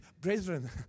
Brethren